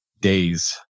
days